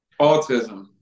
autism